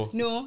no